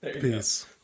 Peace